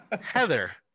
Heather